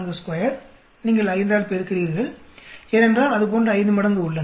042 நீங்கள் 5 ஆல் பெருக்குகிறீர்கள் ஏனென்றால் அது போன்று 5 மடங்கு உள்ளன